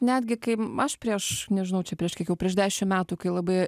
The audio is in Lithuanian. netgi kai m aš prieš nežinau čia prieš kiek jau prieš dešim metų kai labai